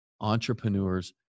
entrepreneurs